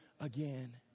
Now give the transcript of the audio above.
again